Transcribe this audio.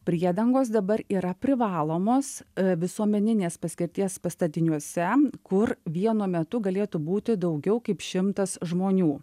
priedangos dabar yra privalomos visuomeninės paskirties pastatiniuose kur vienu metu galėtų būti daugiau kaip šimtas žmonių